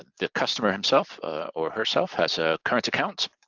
the customer himself or herself has a current account,